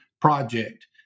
project